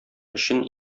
өчен